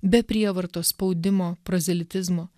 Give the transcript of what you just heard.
be prievartos spaudimo prozelitizmo